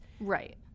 Right